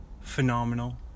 phenomenal